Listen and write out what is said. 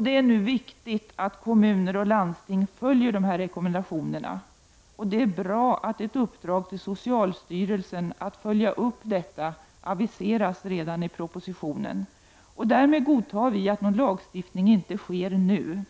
Det är nu viktigt att kommuner och landsting följer dessa rekommendationer, och det är bra att ett uppdrag till socialstyrelsen att följa upp detta aviseras redan i propositionen. Därmed godtar vi att någon lagstiftning inte sker nu.